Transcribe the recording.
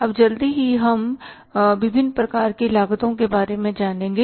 अब जल्दी से हम विभिन्न प्रकार की लागतों के बारे में जानेंगे